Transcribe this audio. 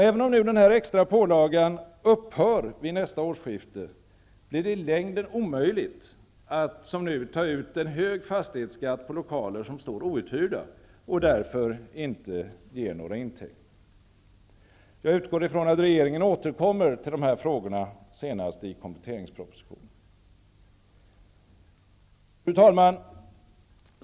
Även om denna extra pålaga upphör vid nästa årsskifte, blir det i längden omöjligt att som nu ta ut en hög fastighetsskatt på lokaler som står outhyrda och därför inte ger några intäkter. Jag utgår ifrån att regeringen återkommer till dessa frågor senast i kompletteringspropositionen. Fru talman!